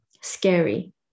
scary